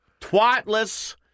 Twatless